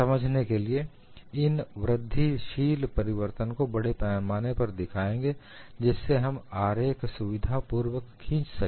समझने के लिए इन वृद्धिशील परिवर्तन को बड़े पैमाने पर दिखाएंगे जिससे हम आरेख सुविधापूर्वक खींच सकें